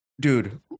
Dude